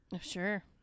Sure